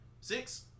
six